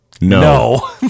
no